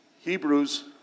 Hebrews